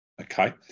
okay